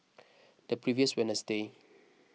the previous Wednesday